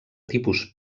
tipus